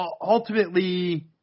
ultimately